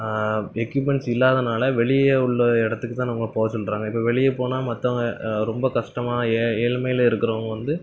equipments இல்லாதனால் வெளியே உள்ளே இடத்துக்குத் தான் நம்மளை போக சொல்கிறாங்க இப்போ வெளியே போனால் மற்றவங்க ரொம்ப கஷ்டமா ஏ ஏழ்மையில் இருக்கிறவங்க வந்து